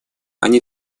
они